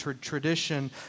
tradition